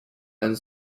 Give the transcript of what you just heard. and